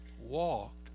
walked